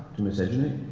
to miscegenate,